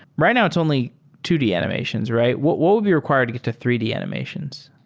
right now, it's only two d animations, right? what what would be required to get to three d animations?